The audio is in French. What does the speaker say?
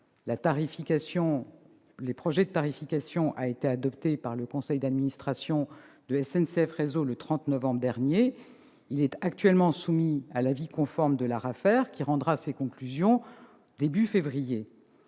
le projet de tarification a été adopté par le conseil d'administration de SNCF Réseau le 30 novembre dernier. Il est actuellement soumis à l'avis conforme de l'ARAFER, qui rendra ses conclusions début février.